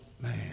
Man